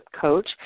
coach